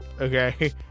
Okay